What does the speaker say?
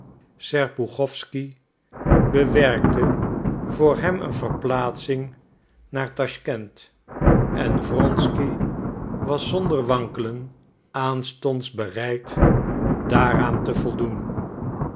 serpuchowsky bewerkte voor hem een verplaatsing naar taschkent en wronsky was zonder wankelen aanstonds bereid daaraan te voldoen